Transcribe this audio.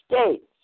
states